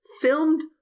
filmed